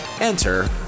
Enter